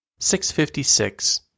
656